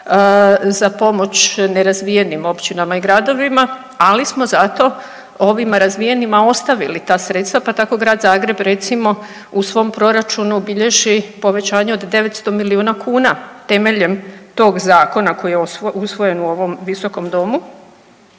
za pomoć nerazvijenim općinama i gradovima, ali smo zato ovima razvijenima ostavili ta sredstva pa tako grad Zagreb recimo u svom proračunu bilježi povećanje od 900 milijuna kuna temeljem tog zakona koji je usvojen u ovom Visokom domu.